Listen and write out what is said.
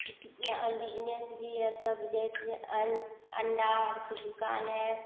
कितना बिजनेस भी है सब जैसे अंडा और की दुकान है